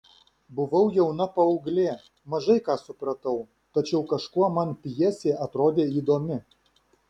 buvau jauna paauglė mažai ką supratau tačiau kažkuo man pjesė atrodė įdomi